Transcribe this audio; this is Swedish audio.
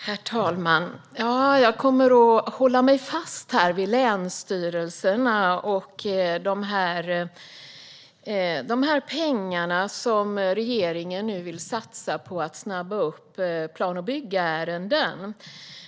Herr talman! Jag kommer att hålla mig kvar vid länsstyrelserna och de pengar som regeringen nu vill satsa på att snabba upp plan och byggärenden.